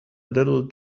little